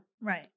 Right